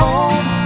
Home